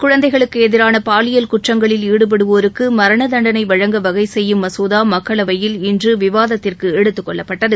குழந்தைகளுக்கு எதிரான பாலியல் குற்றங்களில் ஈடுபடுவோருக்கு மரண தண்டனை வழங்க வகை செய்யும் மசோதா மக்களவையில் இன்று விவாதத்திற்கு எடுத்துக் கொள்ளப்பட்டது